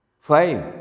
Five